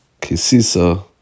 Kisisa